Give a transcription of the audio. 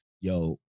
yo